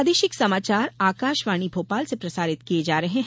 प्रादेशिक समाचार आकाशवाणी भोपाल से प्रसारित किये जा रहे हैं